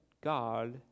God